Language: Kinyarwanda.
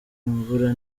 imvura